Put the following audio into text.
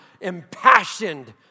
impassioned